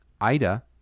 Ida